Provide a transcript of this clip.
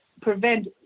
prevent